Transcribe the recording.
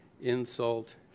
insult